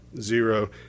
zero